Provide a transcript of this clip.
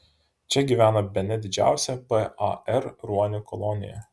čia gyvena bene didžiausia par ruonių kolonija